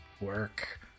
work